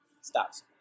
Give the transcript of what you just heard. stops